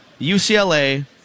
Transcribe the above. UCLA